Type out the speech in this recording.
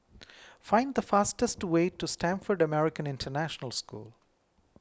find the fastest way to Stamford American International School